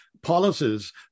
policies